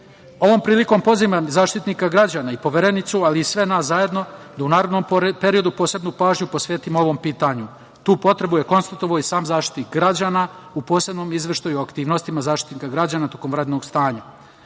prilikom poziva Zaštitnika građana i Poverenicu i sve naš zajedno da u narednom periodu posebnu pažnju posvetimo ovom pitanju. Tu potrebu je konstatovao i sam Zaštitnik građana u posebnom izveštaju o aktivnostima Zaštitnika građana tokom vanrednog stanja. Dalje,